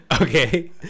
Okay